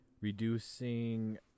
reducing